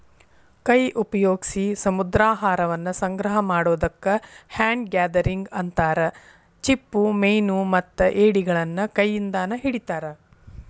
ಕೈ ಉಪಯೋಗ್ಸಿ ಸಮುದ್ರಾಹಾರವನ್ನ ಸಂಗ್ರಹ ಮಾಡೋದಕ್ಕ ಹ್ಯಾಂಡ್ ಗ್ಯಾದರಿಂಗ್ ಅಂತಾರ, ಚಿಪ್ಪುಮೇನುಮತ್ತ ಏಡಿಗಳನ್ನ ಕೈಯಿಂದಾನ ಹಿಡಿತಾರ